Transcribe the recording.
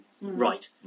right